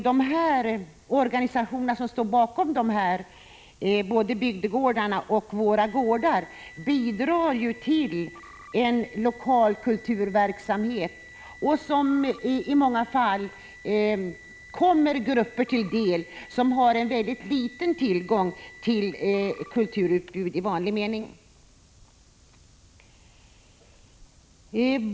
De organisationer som står bakom både bygdegårdarna och Våra gårdar bidrar ju till en lokal kulturverksamhet som i många fall kommer grupper till del som har mycket liten tillgång till kulturutbud i vanlig mening.